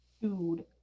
dude